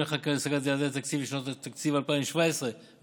חקיקה להשגת יעדי התקציב לשנות התקציב 2017 ו-2018),